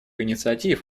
инициатив